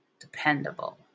dependable